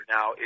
Now